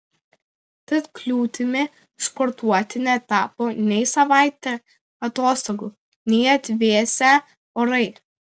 tad kliūtimi sportuoti netapo nei savaitė atostogų nei atvėsę orai